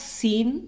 seen